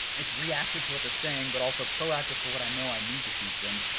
it's reactive to what they're saying, but also proactive for what i know i need to teach them,